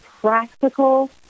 practical